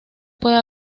puede